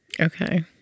Okay